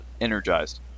energized